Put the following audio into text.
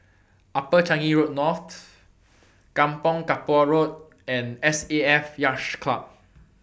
Upper Changi Road North Kampong Kapor Road and SAF Yacht Club